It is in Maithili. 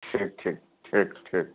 ठीक ठीक ठीक ठीक